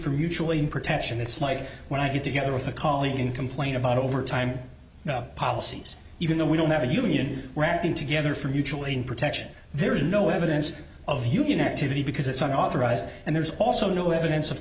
for mutually protection it's like when i get together with a colleague and complain about overtime policies even though we don't have a union we're acting together for mutual aid and protection there is no evidence of human activity because it's not authorized and there's also no evidence of